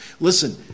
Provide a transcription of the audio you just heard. Listen